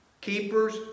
keepers